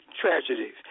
tragedies